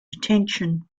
attention